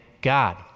God